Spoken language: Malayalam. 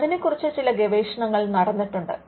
അതിനെക്കുറിച്ച് ചില ഗവേഷണങ്ങൾ നടന്നിട്ടുണ്ട്